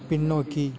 பின்னோக்கி